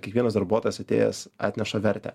kiekvienas darbuotojas atėjęs atneša vertę